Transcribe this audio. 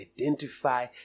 identify